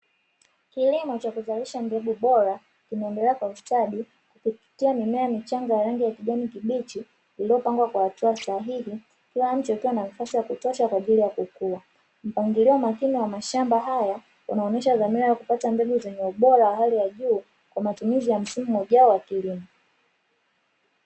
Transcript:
Kilimo cha kuzalisha mbegu bora kinaendelea kwa ustadi kupitia mimea michanga ya rangi ya kijani kibichi iliyopangwa kwa hatua sahihi kila mcha ukiwa na nafasi ya kutosha kwa ajili ya kukua, mpangilio makini wa mashamba haya unaonyesha dhamira ya kupata mbegu zenye ubora wa hali ya juu kwa matumizi ya msimu ujao wa kilimo.